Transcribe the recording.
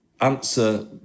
answer